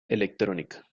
electrónica